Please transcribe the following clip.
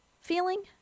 feeling